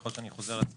ככל שאני חוזר על עצמי,